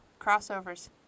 crossovers